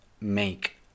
make